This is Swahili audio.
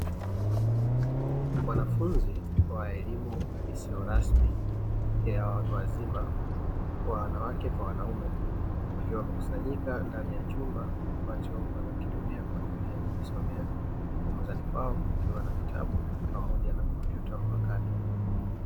Wanafunzi wa elimu isiyo rasmi ya watu wazima kwa wanawake kwa wanaume, wakiwa wamekusanyika ndani ya chumba ambacho wanakitumia kwa ajili ya kujisomea, huku mezani kwao kukiwa na kitabu pamoja na kompyuta mpakato.